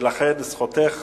ולכן זכותך